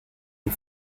die